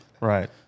Right